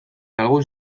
algún